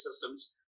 systems